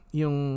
yung